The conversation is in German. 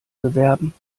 bewerben